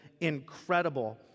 incredible